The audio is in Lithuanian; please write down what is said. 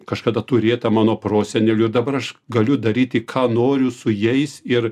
kažkada turėtą mano prosenelių ir dabar aš galiu daryti ką noriu su jais ir